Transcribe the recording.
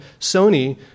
Sony